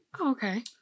Okay